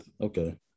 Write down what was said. okay